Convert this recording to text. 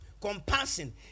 compassion